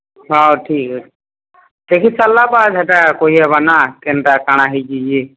ହଉ ଠିକ୍ ଅଛେ ଦେଖିସାର୍ଲାବାଦ୍ ହେଟା କହିହେବାନା କେନ୍ତା କାଣା ହେଇଛେ ଯେ